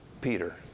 Peter